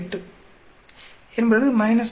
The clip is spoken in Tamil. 8 என்பது 10